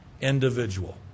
individual